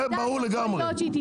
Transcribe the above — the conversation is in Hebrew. זה ברור לגמרי.